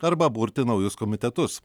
arba burti naujus komitetus